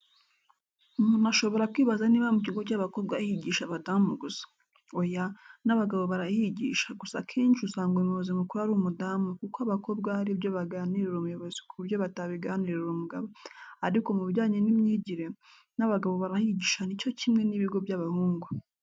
Umuntu ashobora kwibaza niba mu kigo cy'abakobwa higisha abadamu gusa. Oya, n'abagabo barahigisha gusa akenshi usanga umuyobozi mukuru ari umudamu kuko abakobwa hari ibyo baganirira umuyobozi ku buryo batabiganirira umugabo ariko mubijyanye n'imyigire n'abagabo barahigisha ni cyo kimwe n'ibigo by'abahungu.